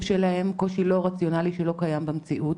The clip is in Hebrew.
שלהם - קושי לא רציונלי שלא קיים במציאות.